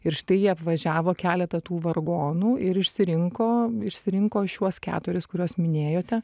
ir štai jie apvažiavo keletą tų vargonų ir išsirinko išsirinko šiuos keturis kuriuos minėjote